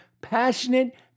passionate